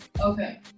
Okay